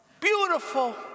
Beautiful